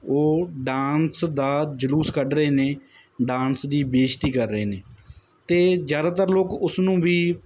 ਉਹ ਡਾਂਸ ਦਾ ਜਲੂਸ ਕੱਢ ਰਹੇ ਨੇ ਡਾਂਸ ਦੀ ਬੇਇਜ਼ਤੀ ਕਰ ਰਹੇ ਨੇ ਅਤੇ ਜ਼ਿਆਦਾਤਰ ਲੋਕ ਉਸਨੂੰ ਵੀ